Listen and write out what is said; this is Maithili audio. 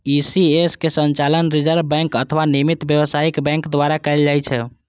ई.सी.एस के संचालन रिजर्व बैंक अथवा नामित व्यावसायिक बैंक द्वारा कैल जाइ छै